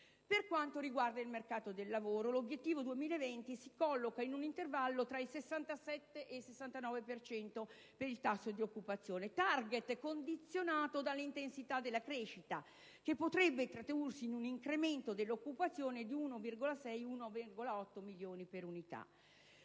Per quel che riguarda il mercato del lavoro, l'obiettivo 2020 si colloca in un intervallo tra il 67 e il 69 per cento per il tasso di occupazione. *Target* condizionato «dall'intensità della crescita», che potrebbe tradursi in un incremento dell'occupazione di 1,6-1,8 milioni di unità.